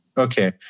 Okay